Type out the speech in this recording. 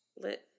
Lit